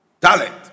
talent